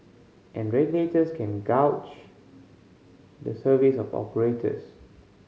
and regulators can gauge the service of operators